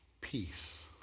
peace